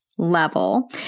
Level